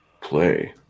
play